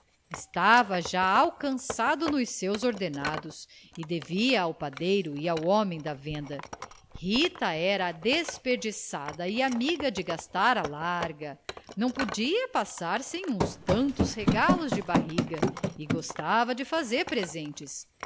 estava já alcançado nos seus ordenados e devia ao padeiro e ao homem da venda rita era desperdiçada e amiga de gastar à larga não podia passar sem uns tantos regalos de barriga e gostava de fazer presentes